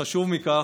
וחשוב מכך,